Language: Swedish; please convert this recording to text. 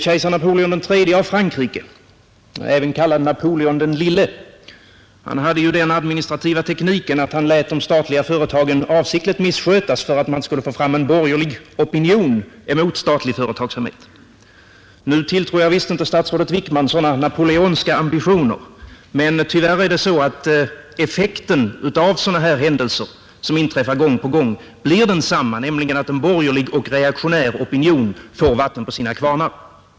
Kejsar Napoleon III av Frankrike, även kallad Napoleon den lille, tillämpade den administrativa tekniken att han lät de statliga företagen misskötas för att man skulle få fram en borgerlig opinion mot statlig företagsamhet. Nu tilltror jag visst inte statsrådet Wickman sådana napoleonska ambitioner, men effekten av sådana här händelser, som inträffar gång på gång, blir tyvärr densamma, nämligen att en borgerlig och reaktionär opinion får vatten på sina kvarnar.